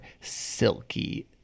silky